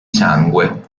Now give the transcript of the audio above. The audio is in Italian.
sangue